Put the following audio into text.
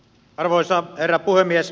arvoisa herra puhemies